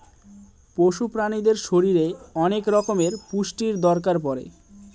পশু প্রাণীদের শরীরে অনেক রকমের পুষ্টির দরকার পড়ে